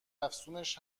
افزونش